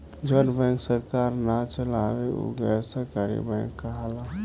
जवन बैंक सरकार ना चलावे उ गैर सरकारी बैंक कहाला